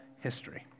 history